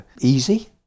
easy